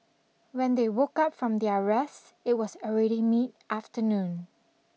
when they woke up from their rest it was already mid afternoon